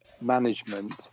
management